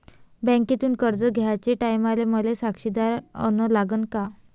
बँकेतून कर्ज घ्याचे टायमाले मले साक्षीदार अन लागन का?